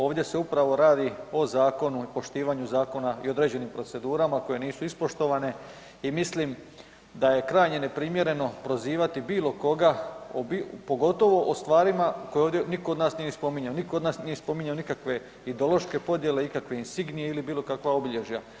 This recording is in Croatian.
Ovdje se upravo radi o zakonu i poštivanju zakona i određenim procedurama koje nisu ispoštovane i mislim da je krajnje neprimjereno prozivati bilo koga, pogotovo o stvarima koje ovdje nitko od nas nije spominjao, nitko od nas nije spominjao nikakve ideološke podjele, nikakve insignije ili bilo kakva obilježja.